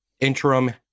interim